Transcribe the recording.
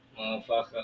motherfucker